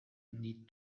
need